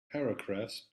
paragraphs